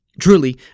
Truly